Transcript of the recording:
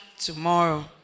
tomorrow